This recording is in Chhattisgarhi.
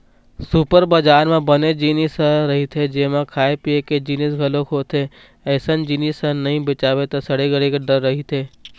सुपर बजार म बनेच जिनिस ह रहिथे जेमा खाए पिए के जिनिस घलोक होथे, अइसन जिनिस ह नइ बेचावय त सड़े गले के डर रहिथे